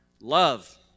Love